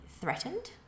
threatened